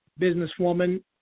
businesswoman